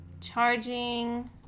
charging